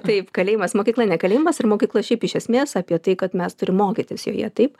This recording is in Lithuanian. taip kalėjimas mokykla ne kalėjimas ir mokykloj šiaip iš esmės apie tai kad mes turim mokytis joje taip